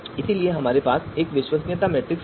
इसलिए हमारे पास विश्वसनीयता मैट्रिक्स होगा